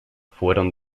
fueron